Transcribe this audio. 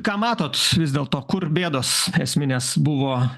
ką matot vis dėlto kur bėdos esminės buvo